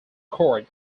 court